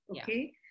Okay